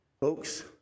Folks